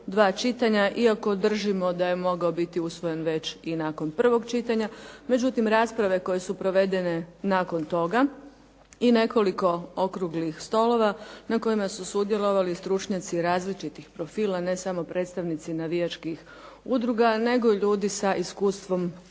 dva čitanja iako držimo da je mogao biti usvojen već i nakon prvog čitanja. Međutim, rasprave koje su provedene nakon toga i nekoliko okruglih stolova na kojima su sudjelovali stručnjaci različitih profila, ne samo predstavnici navijačkih udruga, nego i ljudi sa iskustvom